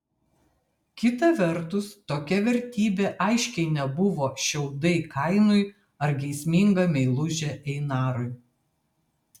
kita vertus tokia vertybė aiškiai nebuvo šiaudai kainui ar geisminga meilužė einarui